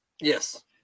Yes